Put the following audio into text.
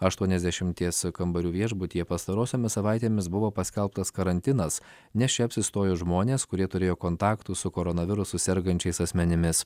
aštuoniasdešimties kambarių viešbutyje pastarosiomis savaitėmis buvo paskelbtas karantinas nes čia apsistojo žmonės kurie turėjo kontaktų su koronavirusu sergančiais asmenimis